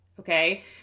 Okay